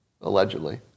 allegedly